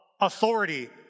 authority